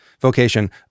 vocation